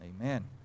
Amen